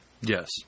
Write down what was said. Yes